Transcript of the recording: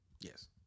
Yes